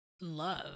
love